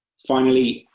finally,